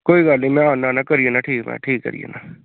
कोई गल्ल निं में आना आना करी जन्ना ठीक मैं ठीक ऐ करी जन्ना